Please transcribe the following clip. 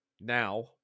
Now